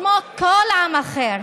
כמו כל עם אחר,